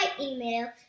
email